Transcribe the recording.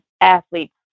athletes